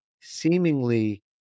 seemingly